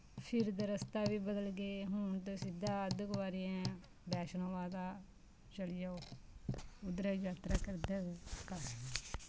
फिर ते रस्ता बी बदल गे हून ते सिध्दा अध्द कवारी बैश्णो माता चली जाओ उद्दरे जात्तरा करदे होई